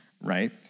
right